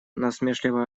насмешливо